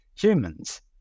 humans